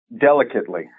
Delicately